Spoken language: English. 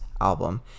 album